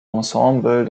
ensemble